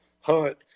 hunt